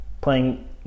playing